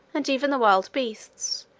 and even the wild beasts,